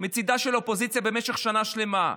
מצידה של האופוזיציה במשך שנה שלמה.